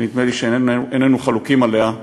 שנדמה לי שאיננו חלוקים עליה,